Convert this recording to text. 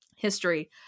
history